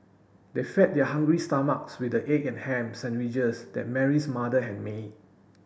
they fed their hungry stomachs with the egg and ham sandwiches that Mary's mother had made